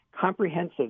Comprehensive